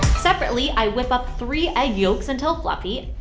separately, i whip up three egg yolks until fluffy.